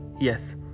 yes